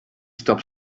stop